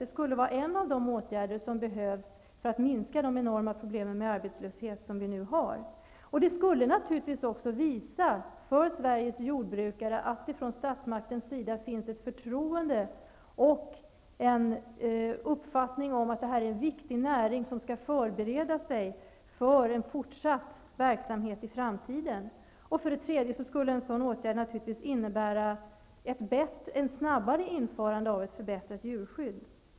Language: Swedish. Det skulle vara en av de åtgärder som behövs för att minska de enorma problem vi nu har med arbetslöshet. Det skulle också visa Sveriges jordbrukare att det från statsmaktens sida finns ett förtroende och en uppfattning om att jordbruket är en viktig näring som skall förbereda sig för att ha en verksamhet även i framtiden. En sådan åtgärd skulle naturligtvis också innebära ett snabbare införande av ett förbättrat djurskydd.